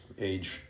age